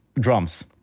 drums